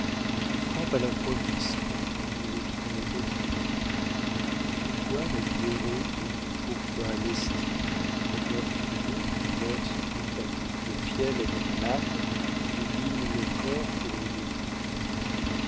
ou qui frappe à l'improviste en vous évitant l'agonie pourquoi la vie heureuse pourquoi l'estime au meurtrier qui verse goutte à goutte le fiel dans l'âme et mine le corps pour le détruire